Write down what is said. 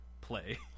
play